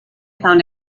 found